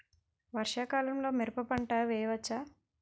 వర్షాకాలంలో మిరప పంట వేయవచ్చా?